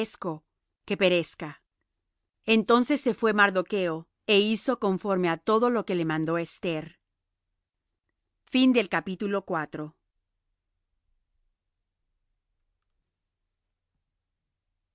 que perezca entonces se fué mardocho é hizo conforme á todo lo que le mandó esther y